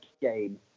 game